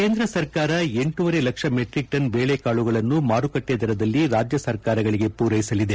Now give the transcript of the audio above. ಕೇಂದ್ರ ಸರ್ಕಾರ ಎಂಟೂವರೆ ಲಕ್ಷ ಮೆಟ್ರಿಕ್ ಟನ್ ಬೇಳುಕಾಳುಗಳನ್ನು ಮಾರುಕಟ್ಟೆ ದರದಲ್ಲಿ ರಾಜ್ಯ ಸರ್ಕಾರಗಳಿಗೆ ಪೂರೈಸಲಿದೆ